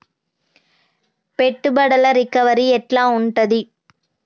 పెట్టుబడుల రికవరీ ఎట్ల ఉంటది?